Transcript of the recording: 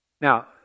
Now